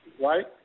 Right